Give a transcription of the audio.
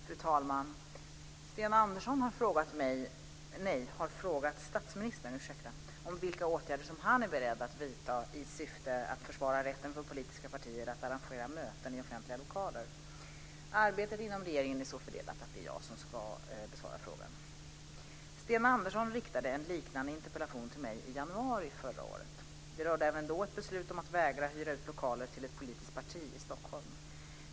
Fru talman! Sten Andersson har frågat statsministern vilka åtgärder han är beredd att vidta i syfte att försvara rätten för politiska partier att arrangera möten i offentliga lokaler. Arbetet inom regeringen är så fördelat att det är jag som ska besvara frågan. Sten Andersson riktade en liknande interpellation till mig i januari förra året. Det rörde även då ett beslut om att vägra hyra ut lokaler till ett politiskt parti i Stockholm.